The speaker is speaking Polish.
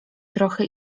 trochę